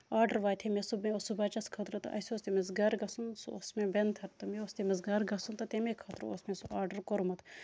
order واتہِ ہے مےٚ سُہ بیٚیہِ اوس سُہ بَچَس خٲطرٕ تہٕ اَسہِ اوس تٔمِس گرٕ گژھُن سُہ اوس مےٚ بٮ۪نتھٔر تہٕ مےٚ اوس تٔمِس گرٕ گژھُن تہٕ تَمے خٲطرٕ اوس مےٚ سُہ آرڈر کوٚرمُت